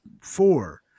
four